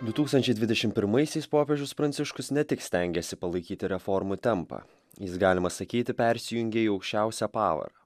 du tūkstančiai dvidešim pirmaisiais popiežius pranciškus ne tik stengėsi palaikyti reformų tempą jis galima sakyti persijungė į aukščiausią pavarą